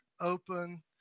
open